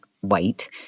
white